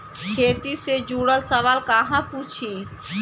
खेती से जुड़ल सवाल कहवा पूछी?